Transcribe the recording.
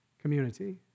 community